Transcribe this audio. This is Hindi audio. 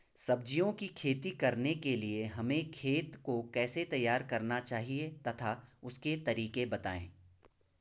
सब्जियों की खेती करने के लिए हमें खेत को कैसे तैयार करना चाहिए तथा उसके तरीके बताएं?